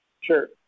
Sure